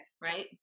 right